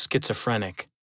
schizophrenic